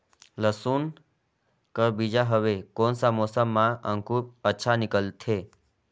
लसुन कर बीजा हवे कोन सा मौसम मां अंकुर अच्छा निकलथे?